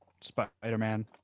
Spider-Man